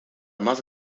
más